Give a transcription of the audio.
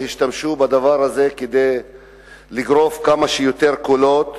והשתמשו בדבר הזה לגרוף כמה שיותר קולות